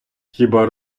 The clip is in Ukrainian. хіба